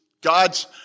God's